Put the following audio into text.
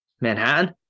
Manhattan